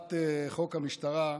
העברת חוק המשטרה,